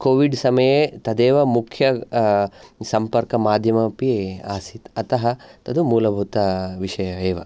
COVID समये तदेव मुख्य सम्पर्कमाध्यमपि आसीत् अतः तद् मूलभूतविषयः एव